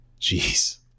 Jeez